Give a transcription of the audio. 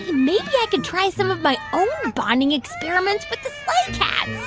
maybe i could try some of my own bonding experiments with the sleigh cats.